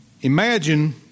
Imagine